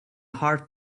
hard